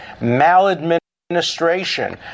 maladministration